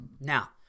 Now